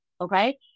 okay